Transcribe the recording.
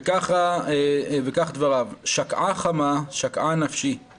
וכך דבריו: שקעה חמה שקעה נפשי /